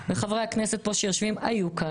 וחברי הכנסת שיושבים פה היו שם,